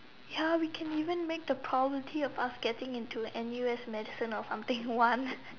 ya we can even make the probability of us getting into N_U_S medicine or something one